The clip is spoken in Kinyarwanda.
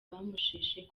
acide